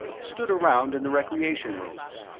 stood around in the recreation rooms,